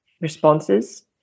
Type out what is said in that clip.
responses